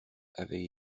avait